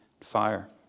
Fire